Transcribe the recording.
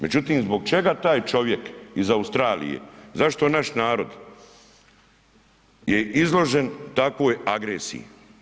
Međutim, zbog čega taj čovjek iz Australije, zašto naš narod je izložen takvoj agresiji?